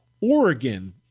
Oregon